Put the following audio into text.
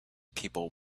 people